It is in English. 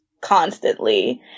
constantly